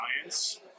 science